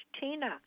Tina